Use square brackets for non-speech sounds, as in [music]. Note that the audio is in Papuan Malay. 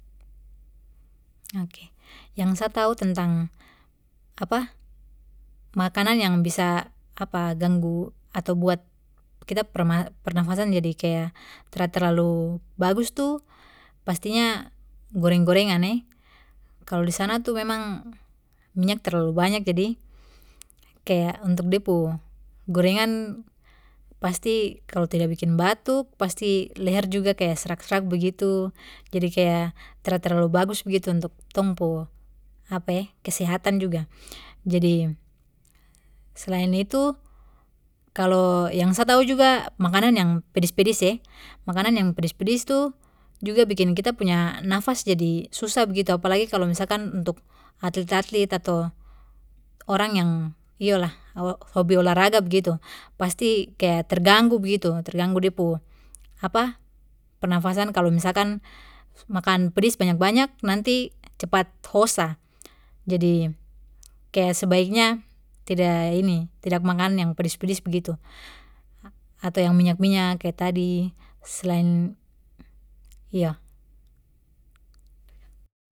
Oke yang sa tahu tentang [hesitation] makanan yang bisa [hesitation] ganggu ato buat kita perma-pernapasan jadi kaya tra terlalu bagus tu pastinya goreng gorengan eh kalo disana tu memang minyak terlalu banyak jadi, kaya untuk de pu gorengan pasti kalo tidak bikin batuk pasti leher juga kaya serak serak begitu jadi kaya tra terlalu bagus begitu untuk tong pu [hesitation] kesehatan juga jadi, selain itu kalo yang sa tahu juga makanan yang pedis pedis eh makanan yang pedis pedis tu juga bikin kita punya nafas jadi susah begitu apalagi kalo misalkan untuk atlit atlit ato orang yang iyolah hobi olahraga begitu pasti kaya terganggu begitu terganggu de pu [hesitation] pernapasan kalo misalkan makan pedis banyak banyak nanti cepat hosa, jadi kaya sebaiknya tidak ini tidak makan yang pedis pedis begitu ato yang minyak minyak kaya tadi selain, iyo.